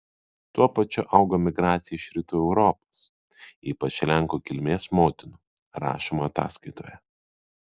tuo pačiu augo migracija iš rytų europos ypač lenkų kilmės motinų rašoma ataskaitoje